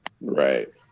Right